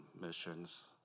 missions